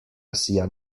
sian